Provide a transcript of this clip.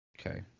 Okay